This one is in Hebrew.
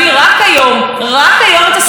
על כל הפארסה הזאת ועל ניגוד העניינים,